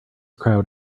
crowd